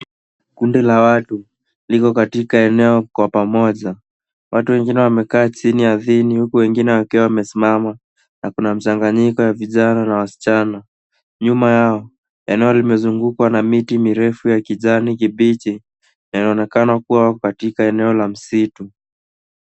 Kundi la watu liko katika eneo kwa pamoja. Watu wengine wamekaa chini ardhini huku wengine wakiwa wamesimama na kuna mchanganyiko ya vijana na wasichana. Nyuma yao eneo limezungukwa na miti mirefu ya kijani kibichi na inaonekana kuwa katika eneo la msitu.